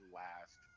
last